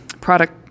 product